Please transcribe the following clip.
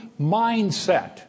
mindset